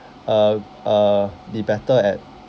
uh uh be better at